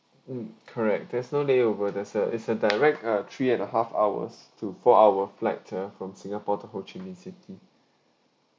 mm correct there's no layover there's a is a direct uh three and a half hours to four hour flight uh from singapore to ho chi minh city